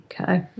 Okay